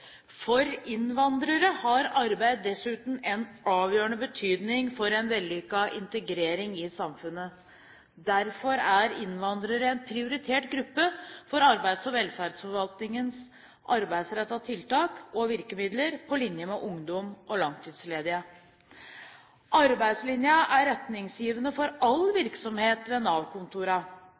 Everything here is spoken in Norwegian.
For innvandrere har arbeid dessuten en avgjørende betydning for en vellykket integrering i samfunnet. Derfor er innvandrere en prioritert gruppe for arbeids- og velferdsforvaltningens arbeidsrettede tiltak og virkemidler, på linje med ungdom og langtidsledige. Arbeidslinjen er retningsgivende for all virksomhet ved